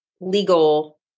legal